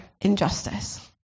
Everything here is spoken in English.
injustice